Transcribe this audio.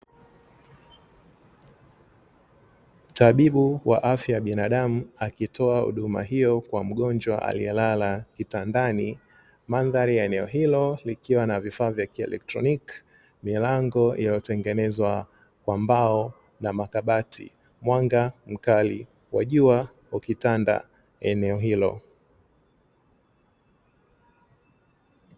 Tabibu wa afya ya binadamu akitoa huduma hiyo kwa mgonjwa aliyelala kitandani, madhari ya eneo hilo likiwa na vifaa vya kielektroniki milango iliyotengenezwa kwa mbao na makabati mwanga mkali wa jua ukitanda eneo hilo.